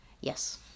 yes